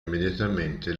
immediatamente